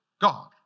God